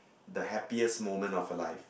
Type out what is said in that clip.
the happiest moment of a life